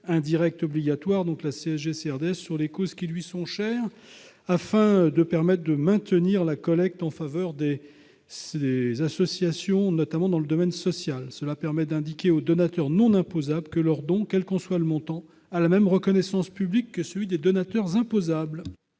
indirects et obligatoires, sur les causes qui leur sont chères. Cela permettrait de maintenir la collecte en faveur des associations, notamment dans le domaine social, et d'indiquer aux donateurs non imposables que leur don, quel qu'en soit le montant, a la même reconnaissance publique que celui des donateurs imposables.